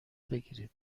بگیرید